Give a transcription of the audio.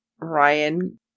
Ryan